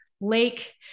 lake